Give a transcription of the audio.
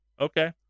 Okay